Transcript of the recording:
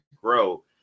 grow